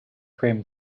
brim